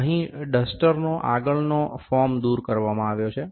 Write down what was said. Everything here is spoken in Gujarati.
અહીં ડસ્ટરનો આગળનો ફોમ દૂર કરવામાં આવ્યો છે